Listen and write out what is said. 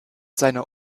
seiner